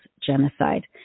genocide